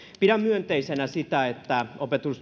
pidän myönteisenä sitä että